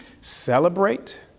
celebrate